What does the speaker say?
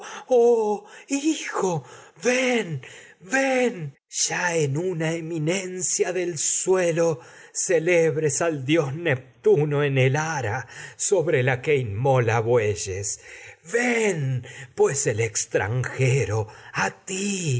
hijo ven ven dios ya en una eminencia sobre la suelo celebres al neptuno en el ara pues que inmolas bueyes ven el extranjero a ti